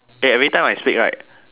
eh every time I speak right